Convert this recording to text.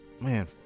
man